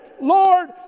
Lord